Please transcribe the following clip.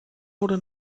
wurde